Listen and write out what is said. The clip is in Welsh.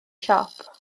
siop